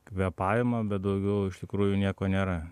kvėpavimą bet daugiau iš tikrųjų nieko nėra